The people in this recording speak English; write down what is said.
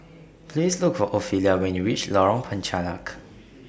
Please Look For Ofelia when YOU REACH Lorong Penchalak